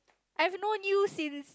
I have no news in